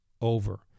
over